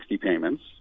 payments